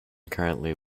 currently